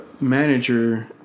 manager